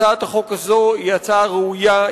הצעת החוק הזאת היא הצעה ראויה,